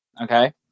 okay